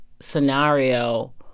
scenario